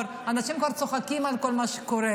ואנשים כבר צוחקים על כל מה שקורה,